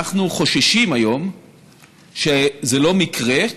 אנחנו חוששים היום שזה לא מקרה,